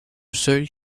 seul